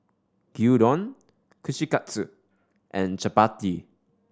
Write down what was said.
Gyudon Kushikatsu and Chapati